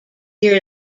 year